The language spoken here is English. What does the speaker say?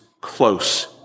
close